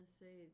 say